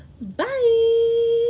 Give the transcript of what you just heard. Bye